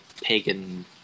pagan